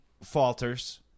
falters